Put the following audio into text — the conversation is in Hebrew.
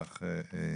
אני חושב שאפשר,